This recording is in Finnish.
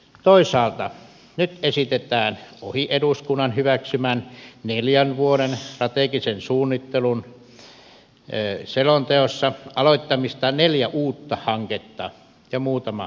toisaalta nyt esitetään ohi eduskunnan hyväksymän neljän vuoden strategisen suunnittelun selonteon neljän uuden hankkeen aloittamista ja muutaman laajentamista